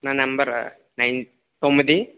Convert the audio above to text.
నా number nine తొమ్మిది